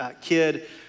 kid